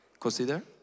Consider